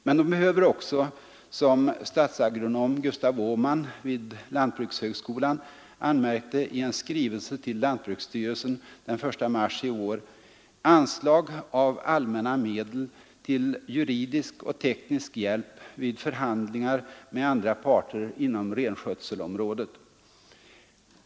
Men de behöver också, såsom statsagronom Gustaf Åhman vid lantbrukshögskolan anmärkte i en skrivelse till lantbruksstyrelsen den 1 mars i år, anslag av allmänna medel till juridisk och teknisk hjälp vid förhandlingar med andra parter inom renskötselområdet.